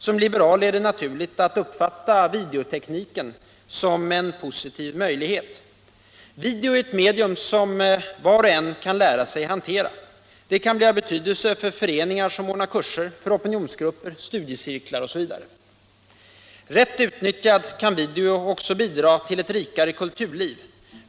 Som liberal finner man det naturligt att uppfatta videotekniken som en positiv möjlighet. Video är ett medium som var och en kan lära sig hantera. Det kan bli av betydelse för föreningar som ordnar kurser, för opinionsgrupper, för studiecirklar osv. Rätt utnyttjad kan video också bidra till ett rikare kulturliv.